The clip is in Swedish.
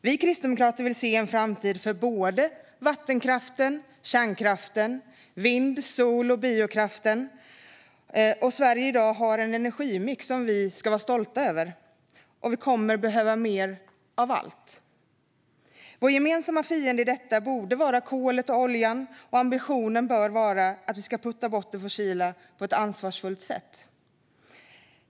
Vi kristdemokrater vill se en framtid för såväl vattenkraften och kärnkraften som vind-, sol och biokraft. Sverige har i dag en energimix som vi ska vara stolta över, och vi kommer att behöva mer av allt. Vår gemensamma fiende i detta borde vara kolet och oljan, och ambitionen bör vara att vi ska putta bort det fossila på ett ansvarsfullt sätt.